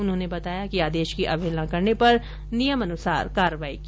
उन्होंने बताया कि आदेश की अवहेलना करने पर नियमानुसार कार्रवाई की जायेगी